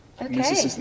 Okay